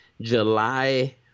July